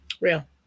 Real